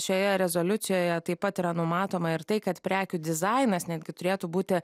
šioje rezoliucijoje taip pat yra numatoma ir tai kad prekių dizainas netgi turėtų būti